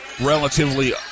relatively